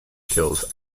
kills